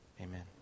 Amen